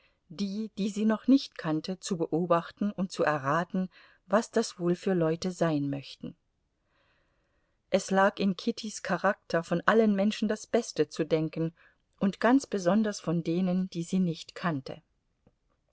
die die sie noch nicht kannte zu beobachten und zu erraten was das wohl für leute sein möchten es lag in kittys charakter von allen menschen das beste zu denken und ganz besonders von denen die sie nicht kannte